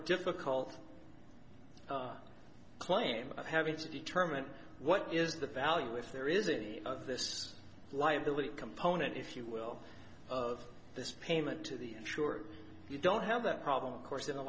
difficult claim of having to determine what is the value if there is any of this liability component if you will of this payment to the sure you don't have that problem of course in a